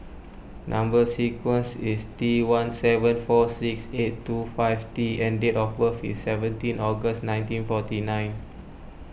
Number Sequence is T one seven four six eight two five T and date of birth is seventeen August nineteen forty nine